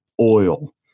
oil